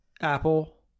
apple